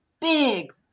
big